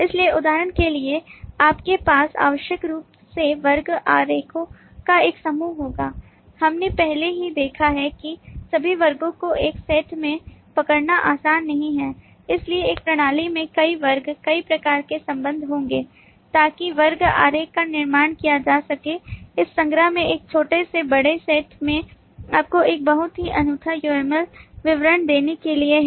इसलिए उदाहरण के लिए आपके पास आवश्यक रूप से वर्ग आरेखों का एक समूह होगा हमने पहले ही देखा है कि सभी वर्गों को एक सेट में पकड़ना आसान नहीं है इसलिए एक प्रणाली में कई वर्ग कई प्रकार के संबंध होंगे ताकि वर्ग आरेख का निर्माण किया जा सके इस संग्रह में एक छोटे से बड़े सेट में आपको एक बहुत ही अनूठा UML विवरण देने के लिए है